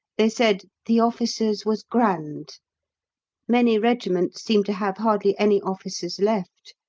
they said the officers was grand many regiments seem to have hardly any officers left.